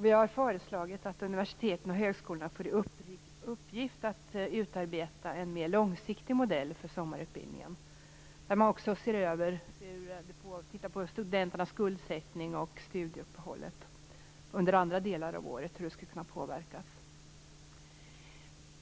Vi har föreslagit att universiteten och högskolorna får i uppgift att utarbeta en mer långsiktig modell för sommarutbildningen, där man också ser på hur studenternas skuldsättning och studieuppehållet under andra delar av året skulle kunna påverkas.